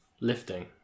lifting